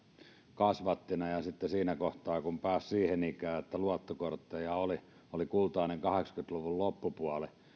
kasvattina ja ja sitten siinä kohtaa kun pääsi siihen ikään että luottokortteja oli oli kultainen kahdeksankymmentä luvun loppupuoli ja